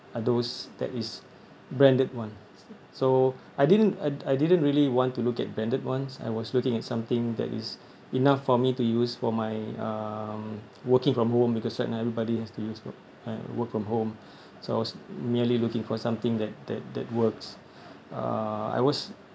are those that is branded one so I didn't I didn't really want to look at branded ones I was looking at something that is enough for me to use for my um working from home because right now everybody has to use work uh work from home so I was merely looking for something that that that works uh I was